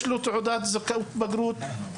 יש תעודת זכאות לבגרות,